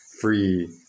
free